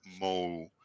mo